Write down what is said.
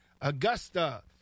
Augusta